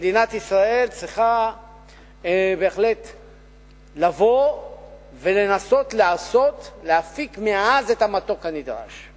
שמדינת ישראל צריכה לבוא ולנסות להפיק מעז את המתוק הנדרש.